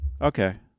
Okay